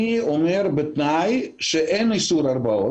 אני אומר בתנאי שאין איסור הרבעות,